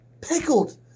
Pickled